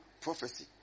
prophecy